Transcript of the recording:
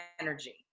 energy